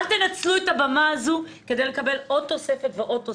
אל תנצלו את הבמה הזו כדי לקבל עוד תוספת ועוד תוספת.